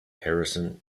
harrison